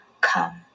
come